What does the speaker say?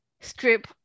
strip